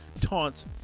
taunts